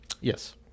Yes